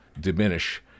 diminish